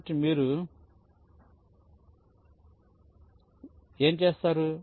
కాబట్టి మీరు ఏమి చేస్తారు